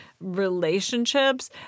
relationships